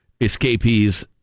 escapees